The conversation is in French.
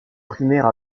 primaire